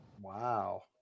Wow